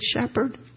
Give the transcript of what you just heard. shepherd